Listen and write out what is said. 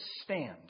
stand